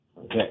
Okay